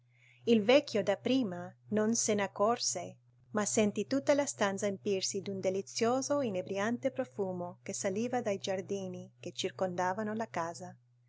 il vecchio dapprima non se n'accorse ma sentì tutta la stanza empirsi d'un delizioso inebriante profumo che saliva dai giardini che circondavano la casa